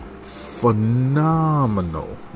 phenomenal